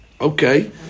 Okay